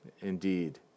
indeed